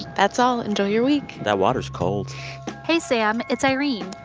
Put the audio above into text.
that's all. enjoy your week that water's cold hey, sam. it's irene.